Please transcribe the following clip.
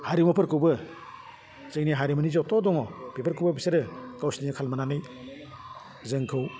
हारिमुफोरखौबो जोंनि हारिमुनि जथ' दङ बेफोरखौबो फिसोरो गावसिनि खालामनानै जोंखौ